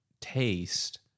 taste